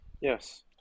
Yes